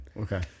Okay